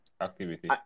activity